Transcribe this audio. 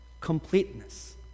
completeness